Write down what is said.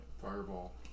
Fireball